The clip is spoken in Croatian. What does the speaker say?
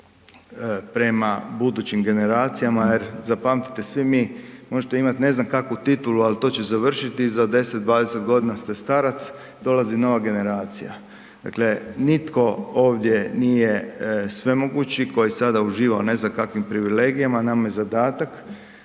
prema budućim generacijama jer zapamtite svi mi možete imati ne znam kakvu titulu, ali to će završiti i za 10, 20 godina ste starac, dolazi nova generacija. Dakle, nitko ovdje nije svemogući koji sada uživa u ne znam kakvim privilegijama, nama je zadatak